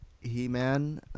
He-Man